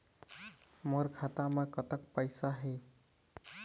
मोर खाता म कतक पैसा हे?